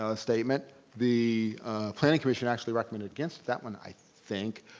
ah statement. the planning commission actually recommended against that when i think,